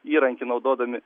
įrankį naudodami